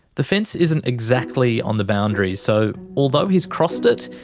the fence isn't exactly on the boundary so, although he's crossed it,